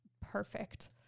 perfect